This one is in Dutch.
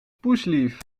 poeslief